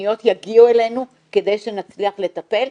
שהפניות יגיעו אלינו כדי שנצליח לטפל.